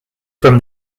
from